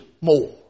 more